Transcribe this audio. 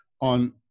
on